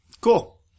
Cool